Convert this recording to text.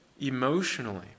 emotionally